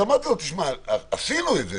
אמרתי לו שעשינו את זה,